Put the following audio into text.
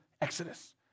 Exodus